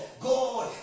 God